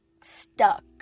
stuck